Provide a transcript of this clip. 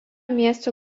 miesto